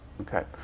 Okay